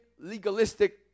legalistic